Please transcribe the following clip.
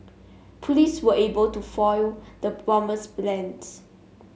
police were able to foil the bomber's plans